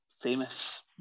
famous